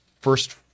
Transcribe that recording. first